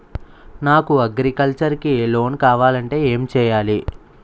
నాకు అగ్రికల్చర్ కి లోన్ కావాలంటే ఏం చేయాలి?